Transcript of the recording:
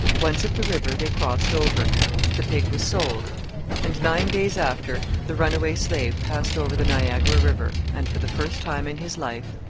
once at the river they crossed over the pig was sold and nine days after the runaway slave passed over the niagara river, and, for the first time in his life,